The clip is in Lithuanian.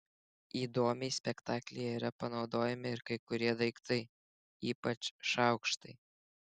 įdomiai spektaklyje yra panaudojami ir kai kurie daiktai ypač šaukštai